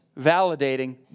validating